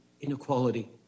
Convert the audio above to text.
inequality